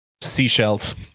seashells